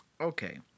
Okay